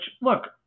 look